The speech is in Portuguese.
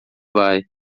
vai